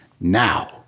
Now